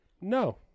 no